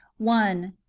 one.